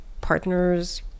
partners